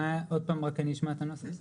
עוד פעם, רק אני אשמע את הנוסח.